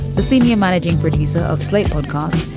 the senior managing producer of slate podcasts.